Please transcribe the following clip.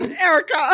erica